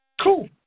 Cool